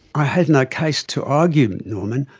i had no case to argue, norman.